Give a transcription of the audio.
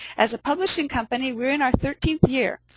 as a publishing company, we're in our thirteenth year.